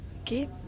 Okay